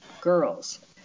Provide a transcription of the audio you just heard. girls